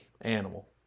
animal